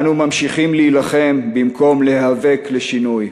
אנו ממשיכים להילחם במקום להיאבק לשינוי.